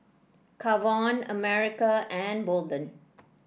Kavon America and Bolden